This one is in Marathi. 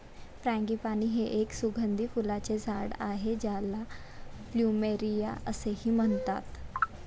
फ्रँगीपानी हे एक सुगंधी फुलांचे झाड आहे ज्याला प्लुमेरिया असेही म्हणतात